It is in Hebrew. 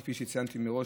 כפי שציינתי מראש,